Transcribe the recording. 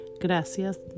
Gracias